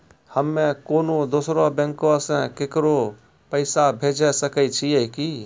हम्मे कोनो दोसरो बैंको से केकरो पैसा भेजै सकै छियै कि?